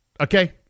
Okay